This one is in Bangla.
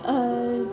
আর